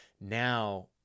Now